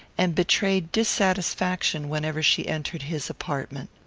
and betrayed dissatisfaction whenever she entered his apartment.